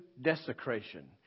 desecration